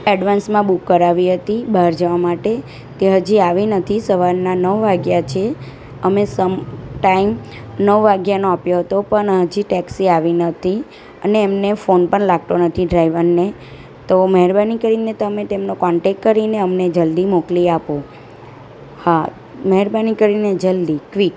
એડવાન્સમાં બૂક કરાવી હતી બહાર જવા માટે તે હજી આવી નથી સવારના નવ વાગ્યા છે અમે સમ ટાઈમ નવ વાગ્યાનો આપ્યો હતો પણ હજી ટેક્સી આવી નથી અને એમને ફોન પણ લાગતો નથી ડ્રાઇવરને તો મહેરબાની કરીને તમે તેમનો કોન્ટેક કરીને અમને જલ્દી મોકલી આપો હા મહેરબાની કરીને જલ્દી ક્વિક